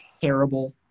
terrible